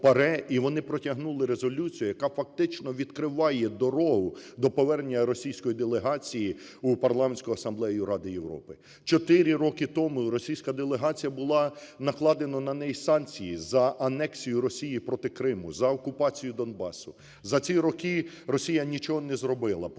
і вони протягнули резолюцію, яка фактично відкриває дорогу до повернення російської делегації у Парламентську асамблею Ради Європи. Чотири роки тому російська делегація була… накладено на неї санкції за анексію Росії проти Криму, за окупацію Донбасу. За ці роки Росія нічого не зробила: